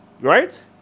Right